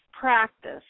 practice